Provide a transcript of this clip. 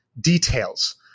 details